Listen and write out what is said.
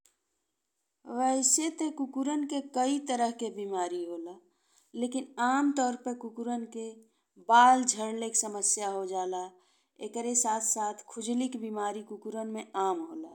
वैसे ते कुक्कुरन में कई तरह के बीमारी होला लेकिन आमतौर पे कुक्कुरन के बाल झड़ले के समस्या हो जाला। एकरे साथ-साथ खुजली के बीमारी कुक्कुरन में आम होला।